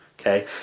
Okay